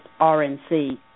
RNC